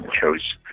chose